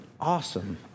awesome